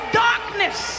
darkness